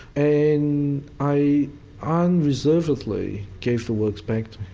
and i ah unreservedly gave the works back to